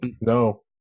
no